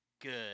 Good